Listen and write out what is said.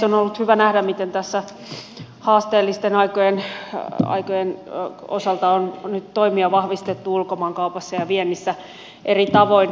on ollut hyvä nähdä miten tässä haasteellisten aikojen osalta on nyt vahvistettu toimia ulkomaankaupassa ja viennissä eri tavoin